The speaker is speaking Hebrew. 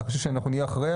אתה חושב שאנחנו נהיה אחרי?